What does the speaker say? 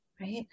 right